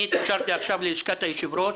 אני התקשרתי עכשיו ללשכת היושב-ראש